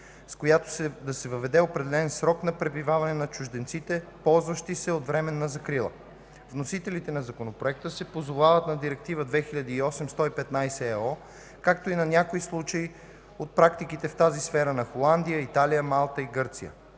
с която да се въведе определен срок на пребиваване на чужденците, ползващи се от временна закрила. Вносителите на Законопроекта се позовават на Директива 2008/115/ЕО, както и на някои случаи от практиките в тази сфера на Холандия, Италия, Малта и Гърция.